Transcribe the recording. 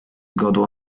godło